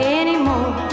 anymore